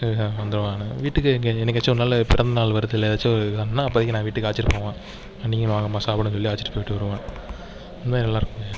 வந்துருவேன் நான் வீட்டுக்கு எங்கள் என்னைக்காச்சும் ஒரு நாள் பிறந்தநாள் வருதுல்ல ஏதாச்சும் இதானா அப்போதக்கு நான் வீட்டுக்கு அழைச்சிட்டு போவேன் நீங்களும் வாங்கம்மா சாப்பிடன்னு சொல்லி அழைச்சிட்டு போய்ட்டு வருவேன் உண்மையில் நல்லா இருக்குங்க